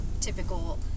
typical